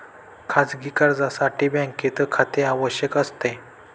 खाजगी कर्जासाठी बँकेत खाते आवश्यक असते